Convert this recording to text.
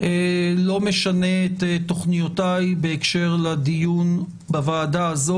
לא משנה את תוכניותיי בהקשר לדיון בוועדה הזאת